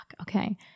Okay